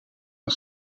een